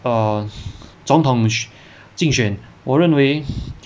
err 总统竞选我认为